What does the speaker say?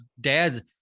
dad's